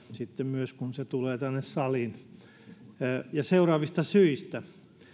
sitten myös kun se tulee tänne saliin seuraavista syistä